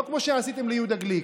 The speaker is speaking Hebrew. לא כמו שעשיתם ליהודה גליק,